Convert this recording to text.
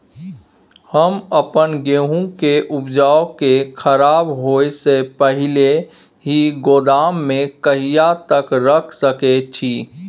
हम अपन गेहूं के उपजा के खराब होय से पहिले ही गोदाम में कहिया तक रख सके छी?